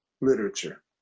literature